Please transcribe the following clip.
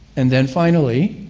and then, finally,